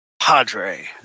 Padre